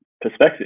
perspective